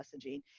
messaging